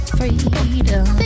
freedom